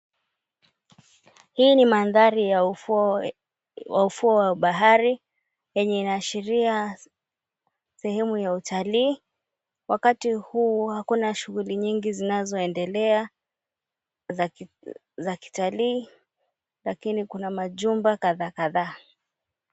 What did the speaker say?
Hii ni mandhari ya ufuo wa bahari, yenye inaashiria sehemu ya utalii. Wakati huu hakuna shughuli nyingi zinazoendelea za kitalii lakini kuna majumba kadhaa kadhaa.